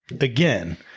Again